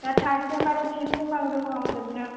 दा third sem आरो fifth sem दङ आरो जोबनो